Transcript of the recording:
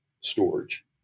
storage